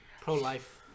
Pro-life